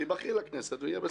תיבחרי לכנסת ויהיה בסדר.